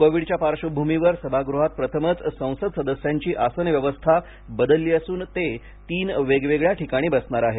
कोविडच्या पार्श्वभूमीवर सभागृहात प्रथमच संसद सदस्यांची आसन व्यवस्था बदलली असून ते तीन वेगवेगळ्या ठिकाणी बसणार आहेत